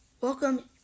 Welcome